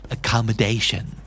Accommodation